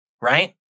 right